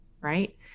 right